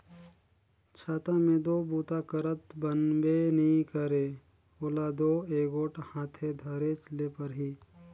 छाता मे दो बूता करत बनबे नी करे ओला दो एगोट हाथे धरेच ले परही